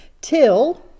Till